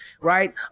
right